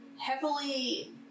heavily